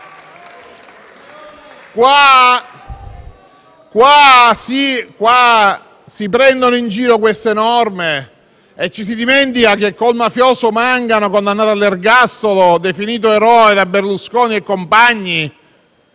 Si prendono in giro queste norme e ci si dimentica che con il mafioso Mangano, condannato all'ergastolo e definito eroe da Berlusconi e compagni,